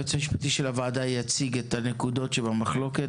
היועץ המשפטי של הוועדה יציג את הנקודות שבמחלוקת.